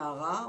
הנערה,